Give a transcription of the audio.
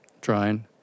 Trying